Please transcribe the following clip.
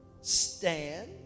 stand